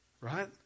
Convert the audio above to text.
Right